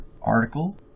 article